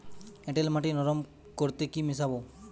এঁটেল মাটি নরম করতে কি মিশাব?